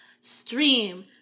stream